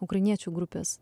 ukrainiečių grupės